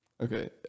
Okay